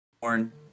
born